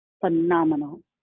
phenomenal